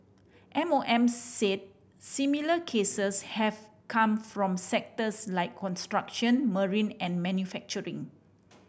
M O M said similar cases have come from sectors like construction marine and manufacturing